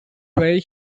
play